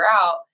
out